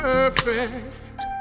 perfect